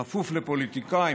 לכפוף לפוליטיקאים,